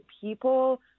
people